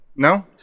No